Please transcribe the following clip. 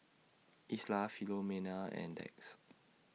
Isla Filomena and Dax